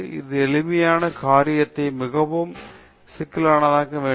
இது ஒரு எளிமையான காரியத்தை மிகவும் சிக்கலானதாக்க வேண்டும்